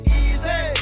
easy